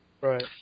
Right